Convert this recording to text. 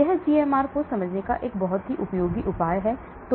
यह जीएमआर को समझने का एक बहुत ही उपयोगी उपाय है